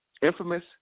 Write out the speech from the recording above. infamous